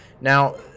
now